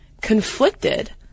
conflicted